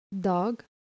dog